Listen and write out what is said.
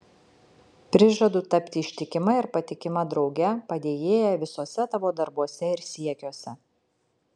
prižadu tapti ištikima ir patikima drauge padėjėja visuose tavo darbuose ir siekiuose